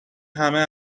همه